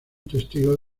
testigo